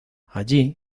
allí